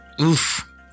Oof